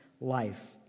life